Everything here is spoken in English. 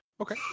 okay